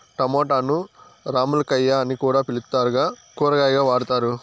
టమోటాను రామ్ములక్కాయ అని కూడా పిలుత్తారు, కూరగాయగా వాడతారు